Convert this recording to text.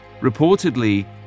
Reportedly